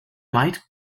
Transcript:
might